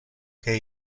que